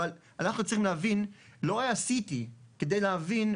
אבל אנחנו צריכים להבין שלא היה C.T כדי להבין,